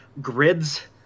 grids